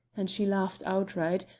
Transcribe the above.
and she laughed outright,